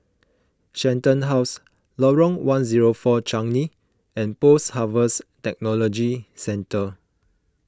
Shenton House Lorong one zero four Changi and Post Harvest Technology Centre